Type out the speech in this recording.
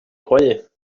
croyais